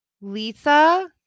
Lisa